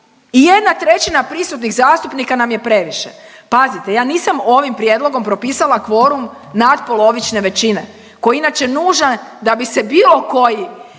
jedna trećina prisutnih zastupnika nam je previše. Pazite, ja nisam ovim prijedlogom propisala kvorum natpolovične većine koji je inače nužan da bi se bilo koji